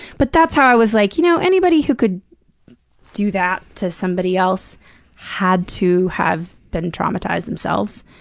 but that's how i was like, you know anybody who could do that to somebody else had to have been traumatized themselves,